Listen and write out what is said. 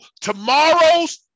tomorrow's